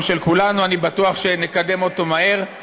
אני בטוח, אמרתי: